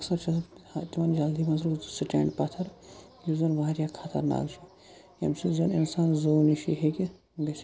اَکثَر چھِ آسان تِمَن جَلدی مَنٛز روٗزمٕژ سٹینٛڈ پَتھَر یُس زَن واریاہ خَطَرناکھ چھُ یمہِ سۭتۍ زَن اِنسان زوٗ نِشِی ہیٚکہِ گٔژھِتھ